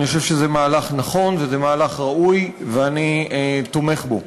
אני חושב שזה מהלך נכון וזה מהלך ראוי ואני תומך בו.